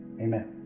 Amen